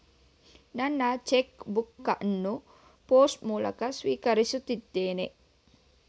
ನನ್ನ cheque book ಅನ್ನು post ಮೂಲಕ ಸ್ವೀಕರಿಸಿದ್ದೇನೆ